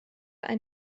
ein